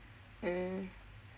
mm